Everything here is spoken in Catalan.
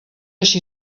així